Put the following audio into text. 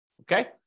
Okay